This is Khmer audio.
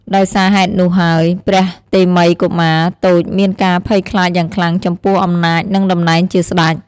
ដោយសារហេតុនោះហើយ ព្រះតេមិយកុមារតូចមានការភ័យខ្លាចយ៉ាងខ្លាំងចំពោះអំណាច និងតំណែងជាស្តេច។